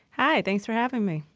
hi. thanks for having me.